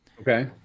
Okay